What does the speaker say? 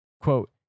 Quote